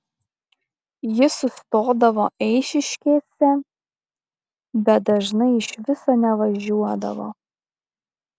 jis sustodavo eišiškėse bet dažnai iš viso nevažiuodavo